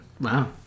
Wow